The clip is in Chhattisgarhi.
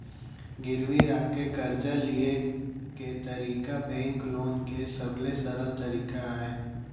गिरवी राख के करजा लिये के तरीका बेंक लोन के सबले सरल तरीका अय